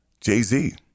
Jay-Z